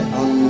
on